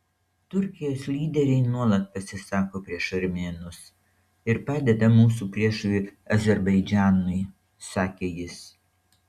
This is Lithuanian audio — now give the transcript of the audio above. turkijos lyderiai nuolat pasisako prieš armėnus ir padeda mūsų priešui azerbaidžanui sakė jis